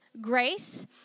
grace